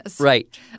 right